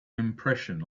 impression